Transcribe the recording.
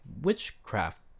witchcraft